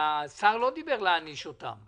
השר לא דיבר על להעניש אותם.